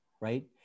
right